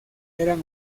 eran